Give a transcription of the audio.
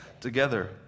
together